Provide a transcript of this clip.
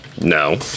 No